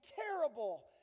terrible